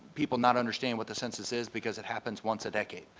people not understanding what the census is because it happens once a decade.